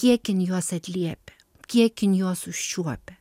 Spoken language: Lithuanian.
kiek jin juos atliepia kiek jin juos užčiuopia